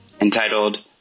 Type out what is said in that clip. entitled